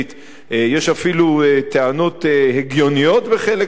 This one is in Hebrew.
יש אפילו טענות הגיוניות בחלק מהדברים.